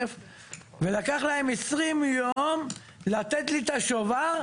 ולקח להם 20 יום לתת לי את השובר,